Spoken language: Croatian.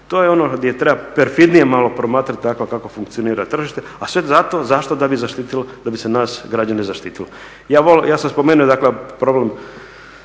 To je ono gdje treba perfidnije malo promatrati kako funkcionira tržište, a sve zato, zašto? Da bi se nas građane zaštitilo. Ja sam spomenuo dakle